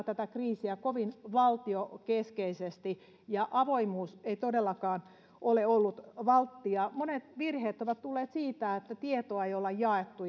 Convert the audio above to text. tätä kriisiä kovin valtiokeskeisesti ja avoimuus ei todellakaan ole ollut valttia monet virheet ovat tulleet siitä että tietoa ei olla jaettu